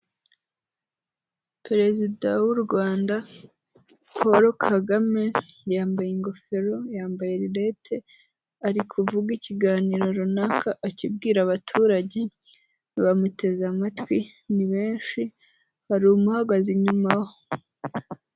Perezida w'u Rwanda Paul Kagame, yambaye ingofero yambaye rinete, ari kuvuga ikiganiro runaka akibwira abaturage bamuteze amatwi, ni benshi hari umuhagaze inyuma.